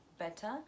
better